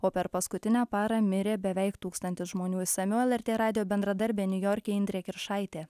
o per paskutinę parą mirė beveik tūkstantis žmonių išsamiau lrt radijo bendradarbė niujorke indrė kiršaitė